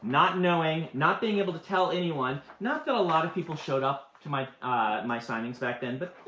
not knowing, not being able to tell anyone. not that a lot of people showed up to my my signings back then. but,